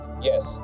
Yes